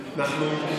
אנחנו,